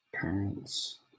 parents